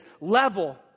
level